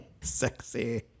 sexy